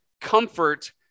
Comfort